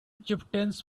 chieftains